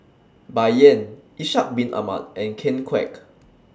Bai Yan Ishak Bin Ahmad and Ken Kwek